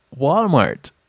Walmart